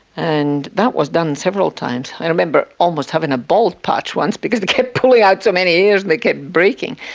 and that was done several times. i remember almost having a bald patch once, because they kept pulling out so many hairs, they kept breaking.